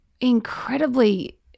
incredibly